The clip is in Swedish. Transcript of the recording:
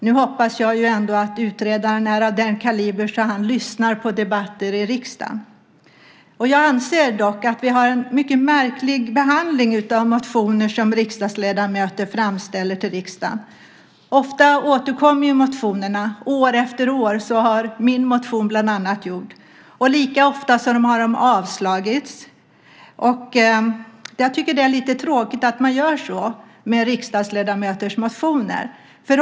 Nu hoppas jag ändå att utredaren är av den kaliber att han lyssnar på debatter i riksdagen. Jag anser dock att vi har en mycket märklig behandling av motioner som riksdagsledamöter framställer till riksdagen. Ofta återkommer motionerna år efter år. Det har min motion bland annat gjort. Lika ofta har de avslagits. Jag tycker att det är lite tråkigt att man gör så med riksdagsledamöters motioner.